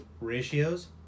ratios